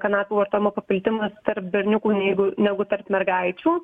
kanapių vartojimo paplitimas tarp berniukų nei negu tarp mergaičių